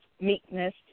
meekness